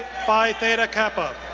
phi theta kappa.